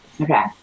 Okay